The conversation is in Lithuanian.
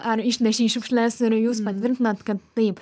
ar išnešei šiukšles ir jūs patvirtinat kad taip